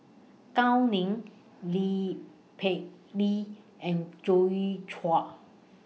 Gao Ning Lee Lee and Joi Chua